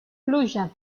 pluja